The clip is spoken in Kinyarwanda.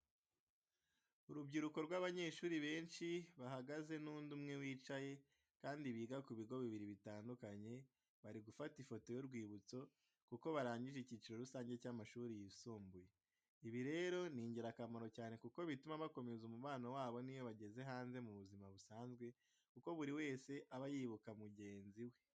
Urubyiruko rw'abanyeshuri benshi bahagaze n'undi umwe wicaye, kandi biga ku bigo bibiri bitandukanye bari gufata ifoto y'urwibutso kuko barangije icyiciro rusange cy'amashuri yisumbuye. Ibi rero ni ingirakamaro cyane kuko bituma bakomeza umubano wabo n'iyo bageze hanze mu buzima busanzwe kuko buri wese aba yibuka mugenzi we.